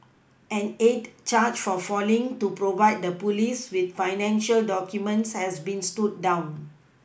an eight charge for failing to provide the police with financial documents has been stood down